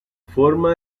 forma